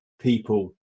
people